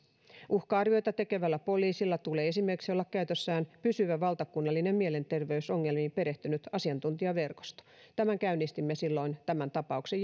uhka arvioita tekevällä poliisilla tulee esimerkiksi olla käytössään pysyvä valtakunnallinen mielenterveysongelmiin perehtynyt asiantuntijaverkosto tämän käynnistimme silloin tämän tapauksen